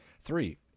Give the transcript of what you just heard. Three